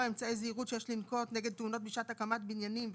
אמצעי זהירות שיש לנקוט נגד תאונות בשעת הקמת בניינים וכו'